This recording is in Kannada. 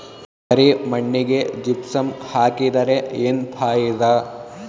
ಕರಿ ಮಣ್ಣಿಗೆ ಜಿಪ್ಸಮ್ ಹಾಕಿದರೆ ಏನ್ ಫಾಯಿದಾ?